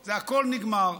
זה הכול נגמר.